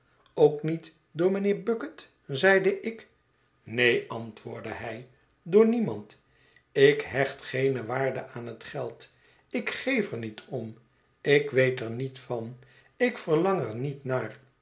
ook niet door mijnheer bucket zeide ik neen antwoordde hij door niemand ik hecht geene waarde aan het geld ik geef er niet om ik weet er niet van ik verlang er niet naar